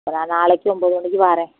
நான் நாளைக்கு ஒன்போது மணிக்கு வரேன்